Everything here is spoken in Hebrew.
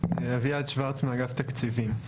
אני מאגף תקציבים.